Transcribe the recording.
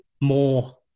more